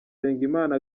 nsengimana